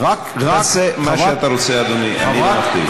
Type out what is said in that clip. תעשה מה שאתה רוצה, אדוני, אני לא מכתיב.